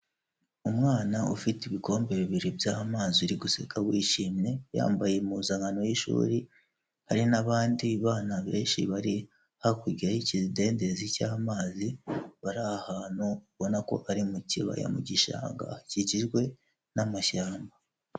Umwana ufite ibikombe bibiri by'amazi uri guseka wishimye, yambaye impuzankano y'ishuri hari n'abandi bana benshi bari hakurya y'ikidendezi cy'amazi, bari ahantu ubona ko ari mu kibaya mu gishanga hakikijwe n'amashyamba.